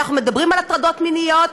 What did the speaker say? אנחנו מדברים על הטרדות מיניות,